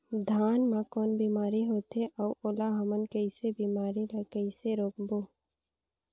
धान मा कौन बीमारी होथे अउ ओला हमन कइसे बीमारी ला कइसे रोकबो?